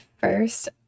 first